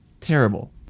terrible